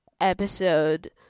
episode